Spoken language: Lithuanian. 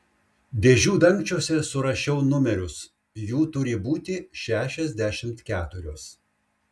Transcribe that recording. dėžių dangčiuose surašiau numerius jų turi būti šešiasdešimt keturios